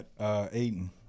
Aiden